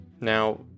Now